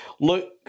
look